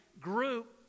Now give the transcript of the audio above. group